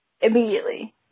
Immediately